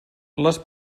les